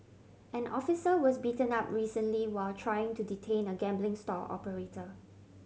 an officer was beaten up recently while trying to detain a gambling stall operator